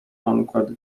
banquet